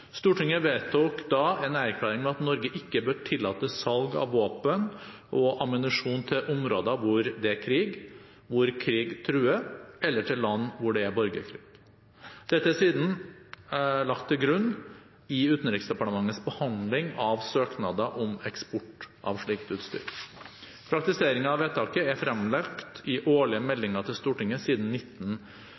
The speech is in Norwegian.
Stortinget vedtok da en erklæring om at Norge ikke bør tillate salg av våpen og ammunisjon til områder hvor det er krig, hvor krig truer, eller til land hvor det er borgerkrig. Dette er siden lagt til grunn i Utenriksdepartementets behandling av søknader om eksport av slikt utstyr. Praktiseringen av vedtaket er fremlagt i årlige meldinger til Stortinget siden